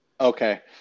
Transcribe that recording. Okay